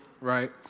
Right